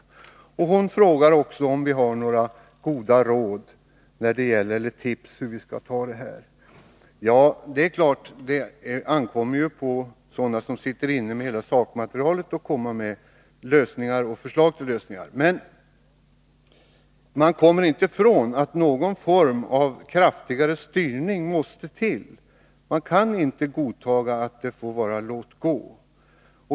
Gertrud Sigurdsen frågade också om vi har några goda råd eller tips om hur vi skall lösa dessa problem. Det är klart att det ankommer på dem som sitter inne med hela sakmaterialet att komma med förslag till lösningar. Men man kommer inte ifrån att det måste till någon form av kraftigare styrning. Man kan inte godta en låt-gå-politik.